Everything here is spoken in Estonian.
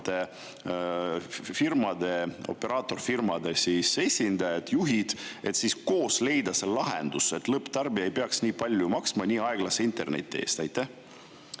suuremate operaatorfirmade esindajaid, juhte, et siis koos leida lahendus, et lõpptarbija ei peaks nii palju maksma nii aeglase interneti eest? Aitäh!